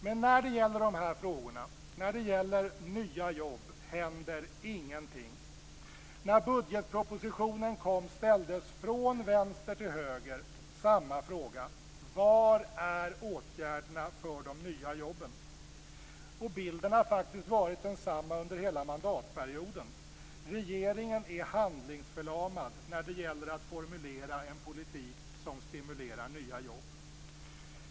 Men när det gäller dessa frågor och nya jobb händer ingenting. När budgetpropositionen lades fram ställdes från vänster till höger samma fråga: Var är åtgärderna för de nya jobben? Bilden har faktiskt varit densamma under hela mandatperioden. Regeringen är handlingsförlamad när det gäller att formulera en politik som stimulerar till nya jobb.